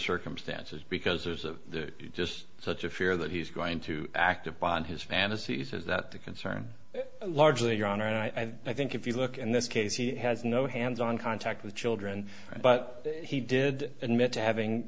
circumstances because there's a just such a fear that he's going to act upon his fantasies is that the concern largely your honor and i think if you look in this case he has no hands on contact with children but he did admit to having